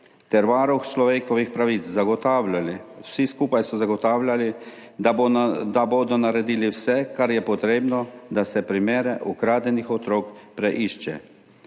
ter varuh človekovih pravic vsi skupaj zagotavljali, da bodo naredili vse, kar je potrebno, da se preišče primere ukradenih otrok.